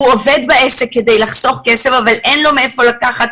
הוא עובד בעסק כדי לחסוך כסף אבל אין לו מהיכן לקחת